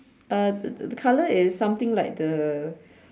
uh the the colour is something like the